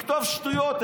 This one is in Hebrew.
לכתוב שטויות.